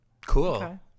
cool